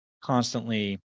constantly